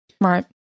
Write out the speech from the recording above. Right